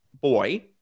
boy